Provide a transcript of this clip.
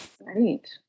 Right